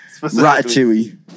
Ratatouille